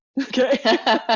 Okay